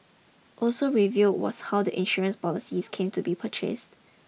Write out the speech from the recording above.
also revealed was how the insurance policies came to be purchased